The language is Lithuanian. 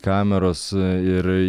kameros ir